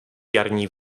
jarní